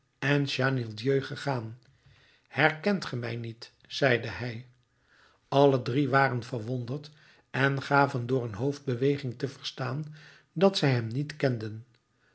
gegaan herkent ge mij niet zeide hij alle drie waren verwonderd en gaven door een hoofdbeweging te verstaan dat zij hem niet kenden